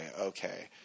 okay